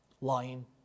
lying